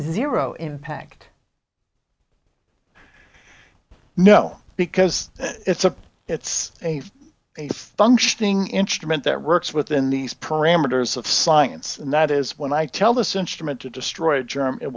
zero impact no because it's a it's a functioning instrument that works within these parameters of science and that is when i tell this instrument to destroy germ it